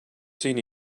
seen